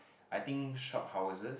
I think shophouses